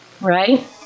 right